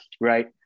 right